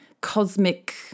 cosmic